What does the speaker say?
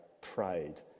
pride